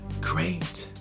great